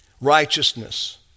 righteousness